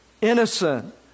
innocent